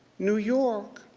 new york,